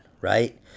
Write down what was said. right